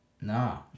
No